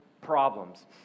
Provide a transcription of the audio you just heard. problems